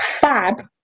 fab